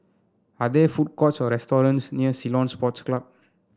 are there food courts or restaurants near Ceylon Sports Club